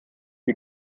wie